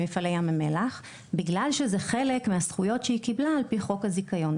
ממפעלי ים המלח בגלל שזה חלק מהזכויות שהיא קיבלה על פי חוק הזיכיון,